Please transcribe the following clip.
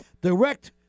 direct